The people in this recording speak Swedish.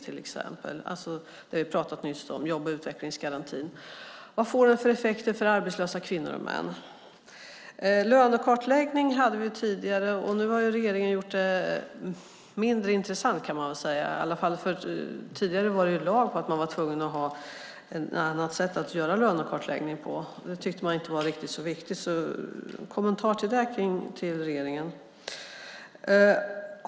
Vi har nyss pratat om jobb och utvecklingsgarantin. Vad får detta för effekter för arbetslösa kvinnor och män? Lönekartläggning hade vi tidigare. Nu har regeringen gjort det mindre intressant, kan man väl säga. Tidigare var det lag på att man skulle ha ett annat sätt att göra lönekartläggning på. Det tyckte regeringen inte var riktigt så viktigt. Jag önskar en kommentar till det från regeringen.